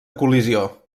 col·lisió